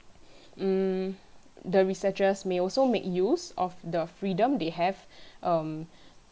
um the researchers may also make use of the freedom they have um